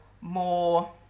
more